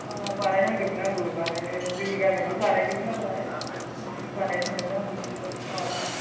अह बानाय हांदोंमोन आंबो बानायनो जोंनि गामियावबो बानायदों नालाय ओंखायनो बानायनो सानदोंमोन आंबो अह अह